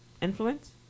Influence